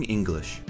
English